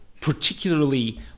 particularly